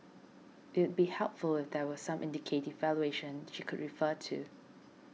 it be helpful if there were some indicative valuation she could refer to